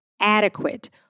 adequate